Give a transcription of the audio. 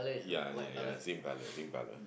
ya ya ya same colour same colour